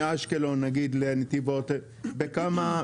בכמה?